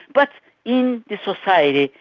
but in the society,